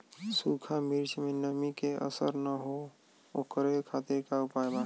सूखा मिर्चा में नमी के असर न हो ओकरे खातीर का उपाय बा?